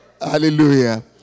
Hallelujah